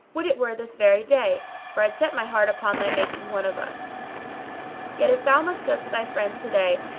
would it were this very day, for i had set my heart upon thy making one of us yet if thou must go to thy friends to day,